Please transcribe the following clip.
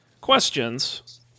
questions